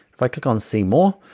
if i click on see more,